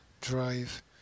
Drive